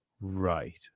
right